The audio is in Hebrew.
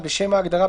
- בשם ההגדרה,